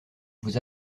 vous